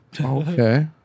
Okay